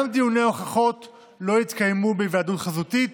גם דיוני הוכחות לא יתקיימו בהיוועדות חזותית